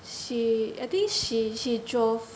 she I think she she drove